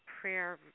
prayer